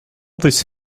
this